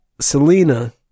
Selena